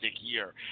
year